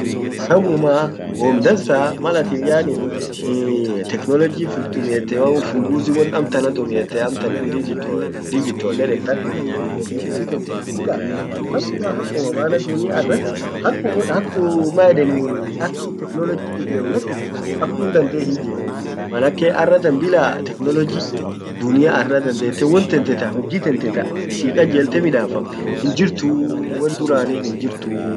sawummaa wom dansaa malatin yaani technologi tumiete au ufumbuzi won amtana tan tumiete amtan digital eden tan tumiete huji tetin midaffet hakumma maana dunia arran hakuu hakuma maeden hakit technologi ijemt lakisi ak kun dandete hiijemuu manake arratan bila technologi dunia arra dandette won tante ta huji tante si kajelte simidafamt hinjirtu won duranin hinjirtuu.